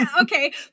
Okay